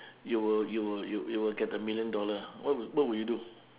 you will you will you you will get the million dollar what would what would you do